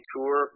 Tour